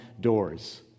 doors